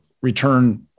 return